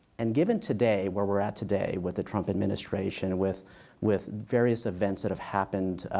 and given today, where we're at today with the trump administration, with with various events that have happened